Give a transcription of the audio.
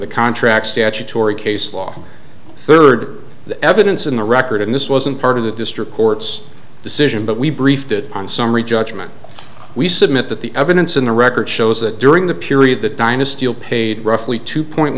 the contract statutory case law third the evidence in the record and this wasn't part of the district court's decision but we briefed it on summary judgment we submit that the evidence in the record shows that during the period that dynasty paid roughly two point